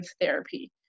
therapy